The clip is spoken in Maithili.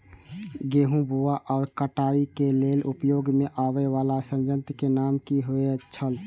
गेहूं बुआई आ काटय केय लेल उपयोग में आबेय वाला संयंत्र के नाम की होय छल?